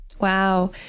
wow